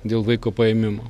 dėl vaiko paėmimo